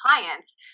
clients